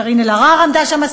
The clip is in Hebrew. קארין אלהרר עמדה שם,